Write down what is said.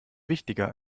wichtiger